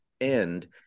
End